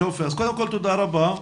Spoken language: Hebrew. תודה רבה.